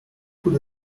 could